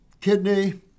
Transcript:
kidney